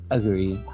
Agree